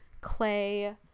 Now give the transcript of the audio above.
clay